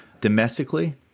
domestically